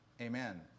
Amen